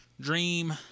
dream